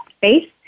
face